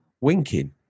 winking